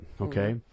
okay